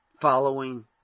following